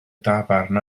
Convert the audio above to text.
dafarn